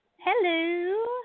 Hello